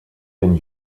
den